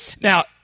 Now